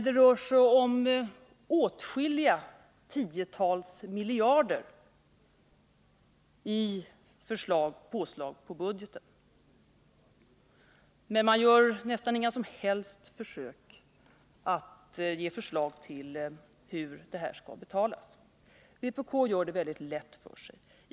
Det rör sig om åtskilliga tiotals miljarder i påslag på budgeten, men vpk gör nästan inga försök att ge förslag till hur det här skall betalas. Vpk gör det väldigt lätt för sig.